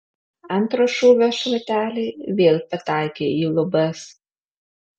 antro šūvio šrateliai vėl pataikė į lubas